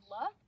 love